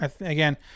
Again